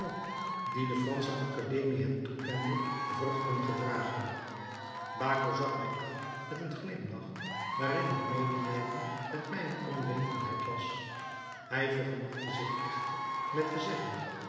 die de fransche akademie hem toekende vruchten gedragen baco zag mij aan met een glimlach waarin ik medelijden met mijne onwetendheid las hij vergenoegde zich echter met te zeggen